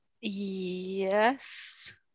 Yes